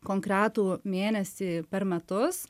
konkretų mėnesį per metus